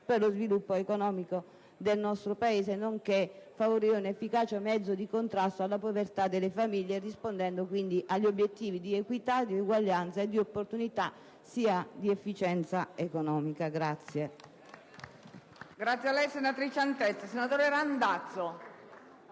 per lo sviluppo economico del nostro Paese e di favorire un efficace mezzo di contrasto alla povertà delle famiglie, rispondendo quindi ad obiettivi di equità, uguaglianza, opportunità ed efficienza economica.